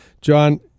John